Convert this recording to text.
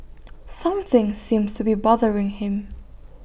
something seems to be bothering him